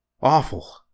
Awful